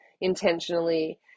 intentionally